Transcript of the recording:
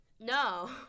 No